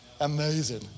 amazing